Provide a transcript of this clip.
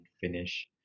finish